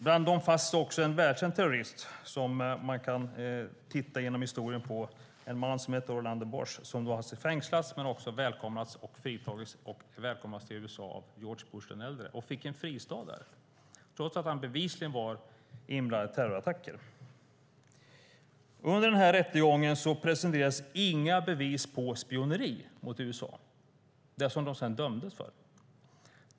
Bland dem fanns också en välkänd terrorist vid namn Orlando Bosch. Han fängslades men fritogs och välkomnades till USA av George Bush den äldre och fick en fristad där, trots att han bevisligen varit inblandad i terrorattacker. Under rättegången presenterades inga bevis på spioneri mot USA - det som de sedan dömdes för.